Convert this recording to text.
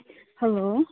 hello